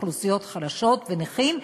אוכלוסיות חלשות ונכים,